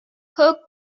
her